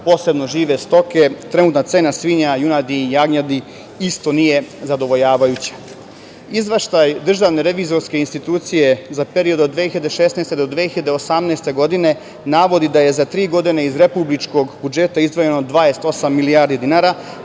posebno žive stoke. Trenutna cena svinja, junadi i jagnjadi isto nije zadovoljavajuća. Izveštaj DRI za period od 2016. do 2018. godine navodi da je za tri godine iz republičkog budžeta izdvojeno 28 milijardi dinara,